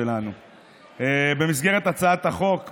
הוספתי לך 30 שניות,